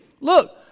Look